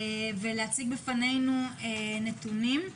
ולהציג בפנינו נתונים.